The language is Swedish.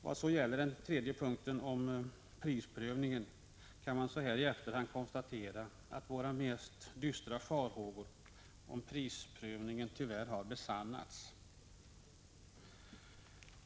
Vad så gäller prisprövningen kan man så här i efterhand konstatera att våra mest dystra farhågor tyvärr har besannats.